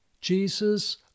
Jesus